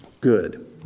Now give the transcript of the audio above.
good